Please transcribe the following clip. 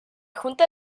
junta